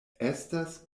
estas